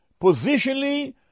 Positionally